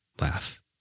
Laugh